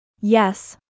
Yes